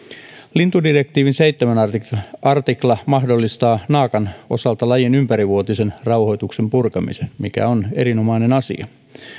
lintudirektiivin seitsemäs artikla artikla mahdollistaa naakan osalta lajin ympärivuotisen rauhoituksen purkamisen mikä on erinomainen asia